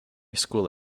school